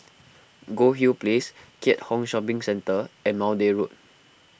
Goldhill Place Keat Hong Shopping Centre and Maude Road